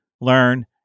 learn